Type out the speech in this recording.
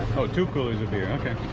oh two coolers of beer okay.